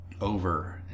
over